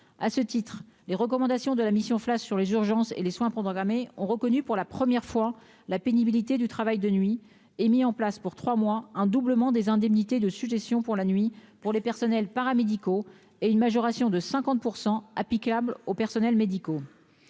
à ce titre, les recommandations de la mission flash sur les urgences et les soins programmés ont reconnu pour la première fois la pénibilité du travail de nuit et mis en place pour 3 mois un doublement des indemnités de suggestions pour la nuit pour les personnels paramédicaux et une majoration de 50 % applicable aux personnels médicaux